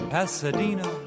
Pasadena